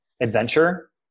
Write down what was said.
adventure